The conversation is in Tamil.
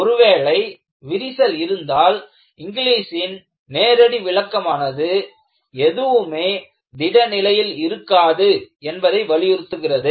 ஒருவேளை விரிசல் இருந்தால் இங்லீஸின் நேரடி விளக்கமானது எதுவுமே திட நிலையில் இருக்காது என்பதை வலியுறுத்துகிறது